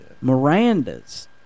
Miranda's